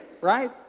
Right